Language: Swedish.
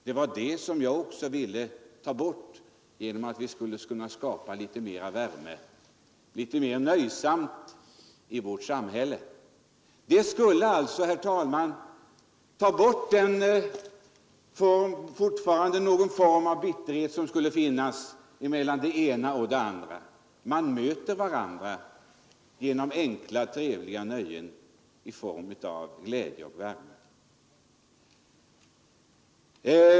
Det var också min tanke att vi skulle komma ifrån det genom att skapa litet mera av värme och glädje i vårt samhälle. Det skulle alltså, herr talman, bidra till att avskaffa sådan bitterhet som kanske fortfarande kan finnas mellan olika grupperingar. Man kommer varandra närmare genom enkla och trevliga nöjen, som ger glädje och värme.